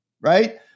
right